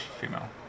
female